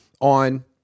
on